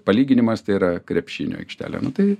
palyginimas tai yra krepšinio aikštelė nu tai